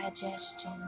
digestion